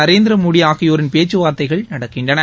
நரேந்திரமோடி ஆகியோரின் பேச்சுவார்த்தைகள் நடக்கின்றன